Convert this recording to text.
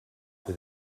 with